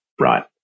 Right